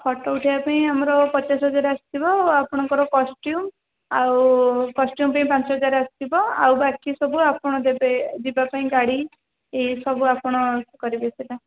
photo ଉଠେଇବା ପାଇଁ ଆମର ପଚାଶ ହଜାର ଆସିବ ଆପଣଙ୍କର କଷ୍ଟ୍ୟୁମ୍ ଆଉ କଷ୍ଟ୍ୟୁମ୍ ପାଇଁ ପାଞ୍ଚ ହଜାର ଆସିବ ଆଉ ବାକି ସବୁ ଆପଣ ଦେବେ ଯିବା ପାଇଁ ଗାଡ଼ି ଇ ସବୁ ଆପଣ କରିବେ ଇ ସେଇଟା